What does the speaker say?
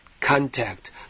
contact